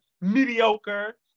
mediocre